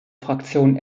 fraktion